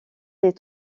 les